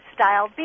Style